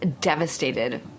devastated